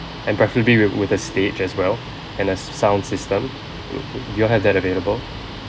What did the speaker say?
and preferably with with a stage as well and a sound system do you have that available